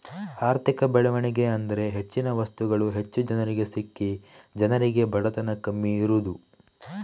ಆರ್ಥಿಕ ಬೆಳವಣಿಗೆ ಅಂದ್ರೆ ಹೆಚ್ಚಿನ ವಸ್ತುಗಳು ಹೆಚ್ಚು ಜನರಿಗೆ ಸಿಕ್ಕಿ ಜನರಿಗೆ ಬಡತನ ಕಮ್ಮಿ ಇರುದು